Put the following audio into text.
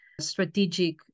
strategic